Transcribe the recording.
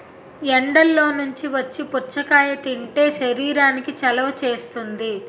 ఎండల్లో నుంచి వచ్చి పుచ్చకాయ తింటే శరీరానికి చలవ చేస్తుంది